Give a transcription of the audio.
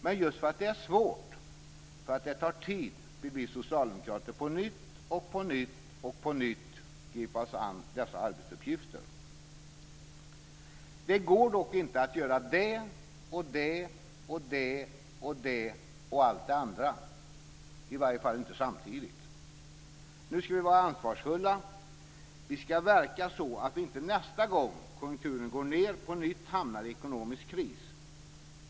Men just för att det är svårt, för att det tar tid, vill vi socialdemokrater på nytt och på nytt och på nytt gripa oss an dessa arbetsuppgifter. Det går dock inte att göra det och det och det och allt det andra, i varje fall inte samtidigt. Nu ska vi vara ansvarsfulla. Vi ska verka så att vi inte nästa gång konjunkturen går ned på nytt hamnar i en ekonomisk kris.